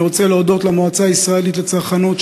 אני רוצה להודות למועצה הישראלית לצרכנות,